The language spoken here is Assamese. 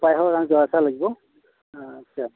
পায়সৰ কাৰণে জহা চাউল লাগিব অঁ আচ্ছা